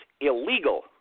illegal